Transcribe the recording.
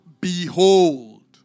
behold